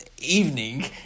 evening